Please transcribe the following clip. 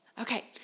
Okay